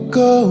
go